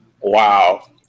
wow